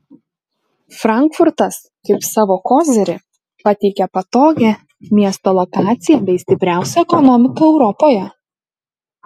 frankfurtas kaip savo kozirį pateikia patogią miesto lokaciją bei stipriausią ekonomiką europoje